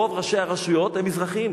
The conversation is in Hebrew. רוב ראשי הרשויות, הם מזרחים.